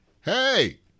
hey